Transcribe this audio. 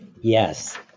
Yes